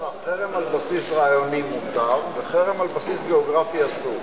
חרם על בסיס רעיוני מותר וחרם על בסיס גיאוגרפי אסור.